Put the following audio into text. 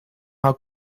how